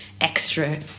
extra